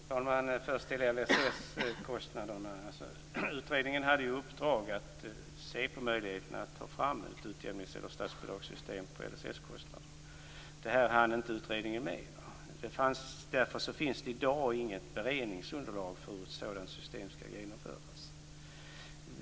Fru talman! Först till kostnaderna för LSS. Utredningen hade i uppdrag att se på möjligheterna att ta fram ett statsbidragssystem för kostnaderna när det gäller LSS. Det hann inte utredningen med. Därför finns det i dag inget beredningsunderlag för hur ett sådant system skall genomföras.